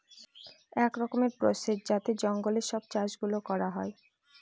এক রকমের প্রসেস যাতে জঙ্গলে সব চাষ গুলো করা হয়